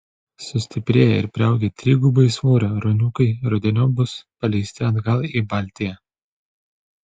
sustiprėję ir priaugę trigubai svorio ruoniukai rudeniop bus paleisti atgal į baltiją